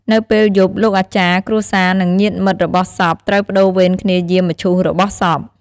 នៅពេលយប់លោកអាចារ្យ គ្រួសារ និងញាតិមិត្តរបស់សពត្រូវប្តូរវេនគ្នាយាមមឈូសរបស់សព។